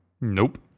Nope